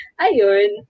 Ayun